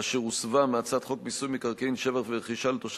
אשר הוסבה מהצעת חוק מיסוי מקרקעין (שבח ורכישה) (תיקון,